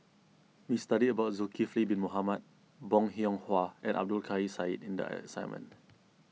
we studied about Zulkifli Bin Mohamed Bong Hiong Hwa and Abdul Kadir Syed in the assignment